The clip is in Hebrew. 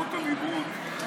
שנות הלימוד,